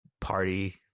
party